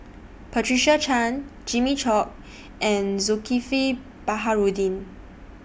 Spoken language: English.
Patricia Chan Jimmy Chok and Zulkifli Baharudin